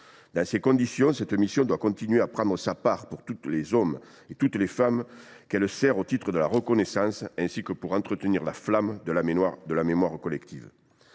Dans ces conditions, cette mission doit continuer à prendre sa part pour tous les hommes et toutes les femmes qu’elle sert au titre de la reconnaissance, ainsi que pour entretenir la flamme de la mémoire collective.